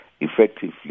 effectively